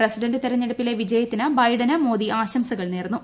president തെരഞ്ഞെടുപ്പിലെ വിജയത്തിന് ബൈഡന് മോദി ആശംസകൾ നേർന്നു